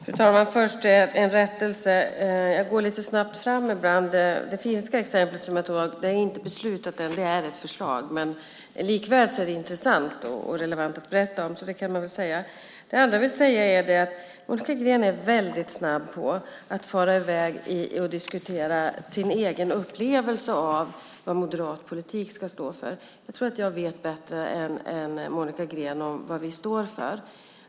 Fru talman! Låt mig först göra en rättelse. Jag går lite snabbt fram ibland. Det finska exemplet som jag tog upp är inte beslutat ännu. Det är ett förslag. Likväl är det intressant och relevant att berätta om. Sedan vill jag säga att Monica Green är väldigt snabb med att fara i väg och diskutera sin egen upplevelse av vad moderat politik ska stå för. Jag tror att jag vet bättre än Monica Green vad vi står för.